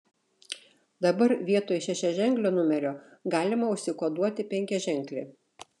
dabar vietoj šešiaženklio numerio galima užsikoduoti penkiaženklį